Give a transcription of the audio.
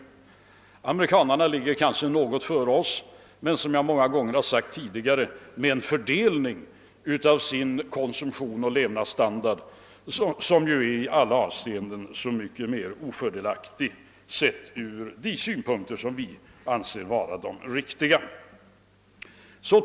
Amerikanerna ligger kanske något före oss, men som jag sagt många gånger tidigare har de en fördelning av sin konsumtion och levnadsstandard som är i alla avseenden så mycket mer ofördelaktig från de utgångspunkter vi an ser vara de riktiga.